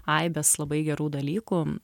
aibės labai gerų dalykų